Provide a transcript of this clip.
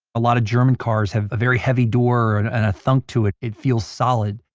a lot of german cars have a very heavy door or and and a thunk to it, it feels solid.